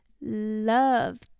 Love